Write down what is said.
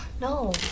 No